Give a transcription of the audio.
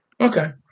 Okay